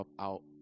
out